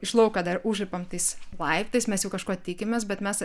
iš lauko dar užlipam tais laiptais mes jau kažko tikimės bet mes